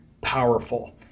powerful